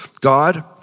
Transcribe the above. God